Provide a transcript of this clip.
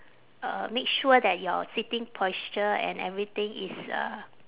uh make sure that your sitting posture and everything is uh